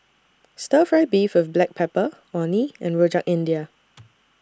Stir Fry Beef with Black Pepper Orh Nee and Rojak India